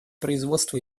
производство